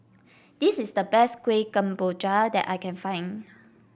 this is the best Kueh Kemboja that I can find